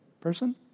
person